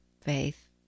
faith